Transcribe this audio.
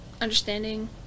understanding